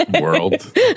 world